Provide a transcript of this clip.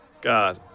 God